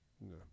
No